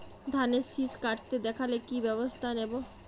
ধানের শিষ কাটতে দেখালে কি ব্যবস্থা নেব?